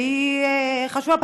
שהיא חשובה,